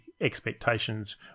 expectations